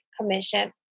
commission